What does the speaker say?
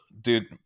dude